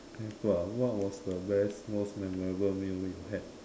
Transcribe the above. simple what was the best most memorable meal you had